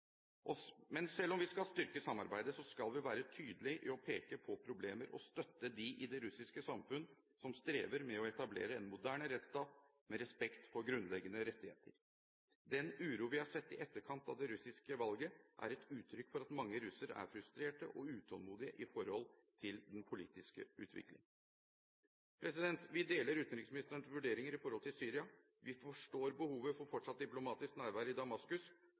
Men selv om vi skal styrke samarbeidet, skal vi være tydelige på å peke på problemer og støtte dem i det russiske samfunn som strever med å etablere en moderne rettsstat med respekt for grunnleggende rettigheter. Den uro vi har sett i etterkant av det russiske valget, er et uttrykk for at mange russere er frustrerte og utålmodige i forhold til den politiske utviklingen. Vi deler utenriksministerens vurderinger i forhold til Syria. Vi forstår behovet for fortsatt diplomatisk nærvær i Damaskus.